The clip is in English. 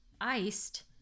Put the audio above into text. iced